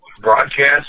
broadcast